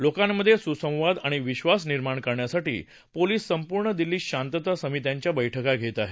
लोकांमध्ये सुसंवाद आणि विश्वास निर्माण करण्यासाठी पोलीस संपूर्ण दिल्लीत शांतता समित्यांच्या बैठका घेत आहेत